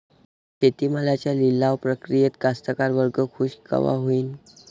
शेती मालाच्या लिलाव प्रक्रियेत कास्तकार वर्ग खूष कवा होईन?